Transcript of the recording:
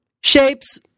shapes